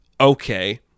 okay